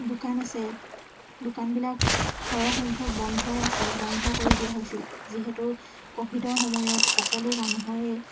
দোকান আছে দোকানবিলাক সৰহ সংখ্যক বন্ধই আছিল বন্ধ কৰি দিয়া হৈছিল যিহেতু ক'ভিডৰ সময়ত সকলো মানুহৰে